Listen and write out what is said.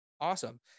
awesome